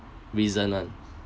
reason [one]